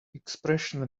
expression